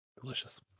Delicious